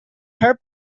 her